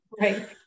Right